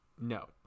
no